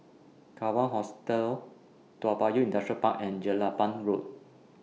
Kawan Hostel Toa Payoh Industrial Park and Jelapang Road